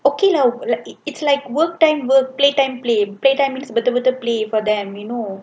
okay lah like it's like work time work play time play play time means play for them you know